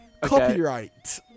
Copyright